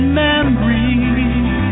memories